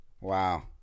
wow